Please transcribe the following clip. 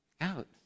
out